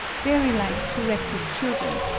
very like two reckless children,